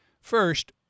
First